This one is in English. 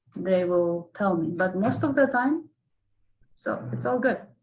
they will tell me. but most of the time so it's all good.